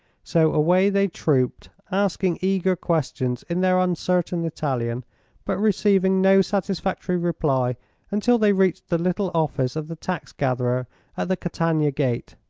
so away they trooped, asking eager questions in their uncertain italian but receiving no satisfactory reply until they reached the little office of the tax gatherer at the catania gate.